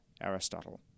Aristotle